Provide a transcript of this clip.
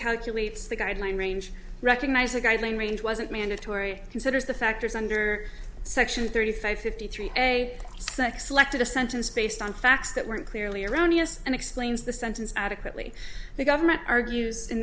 calculates the guideline range recognize a guideline range wasn't mandatory considers the factors under section thirty five fifty three a sec selected a sentence based on facts that weren't clearly erroneous and explains the sentence adequately the government argues in